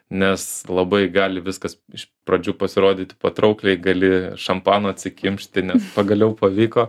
nes labai gali viskas iš pradžių pasirodyti patraukliai gali šampano atsikimšti pagaliau pavyko